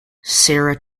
sarah